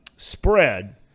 spread